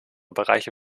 bereiche